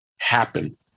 Happen